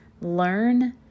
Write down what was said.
learn